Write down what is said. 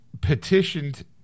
petitioned